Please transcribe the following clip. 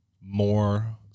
more